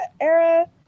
era